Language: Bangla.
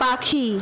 পাখি